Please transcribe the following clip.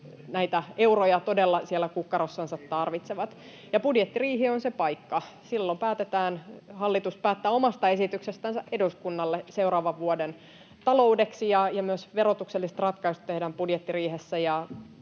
näitä euroja todella siellä kukkarossansa tarvitsevat. Ja budjettiriihi on se paikka. Silloin hallitus päättää omasta esityksestään eduskunnalle seuraavan vuoden taloudeksi, ja myös verotukselliset ratkaisut tehdään budjettiriihessä,